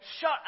shut